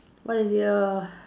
what is the err